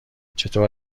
چطور